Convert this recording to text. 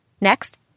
Next